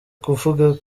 kuvuga